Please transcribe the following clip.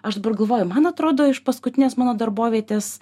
aš dabar galvoju man atrodo iš paskutinės mano darbovietės